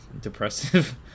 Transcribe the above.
depressive